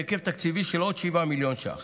בהיקף תקציבי של עוד 7 מיליון שקלים.